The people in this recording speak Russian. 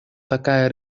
такая